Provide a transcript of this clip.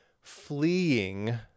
fleeing